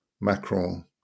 Macron